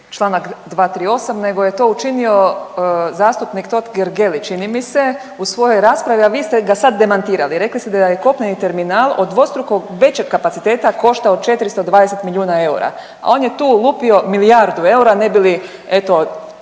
Članak 238. nego je to učinio zastupnik Totgergeli čini mi se u svojoj raspravi, a vi ste ga sad demantirali. Rekli ste da je kopneni terminal od dvostruko većeg kapaciteta koštao 420 milijuna eura, a on je tu lupio milijardu eura ne bi li eto